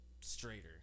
straighter